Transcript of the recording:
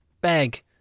bag